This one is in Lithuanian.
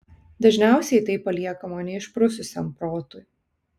dažniausiai tai paliekama neišprususiam protui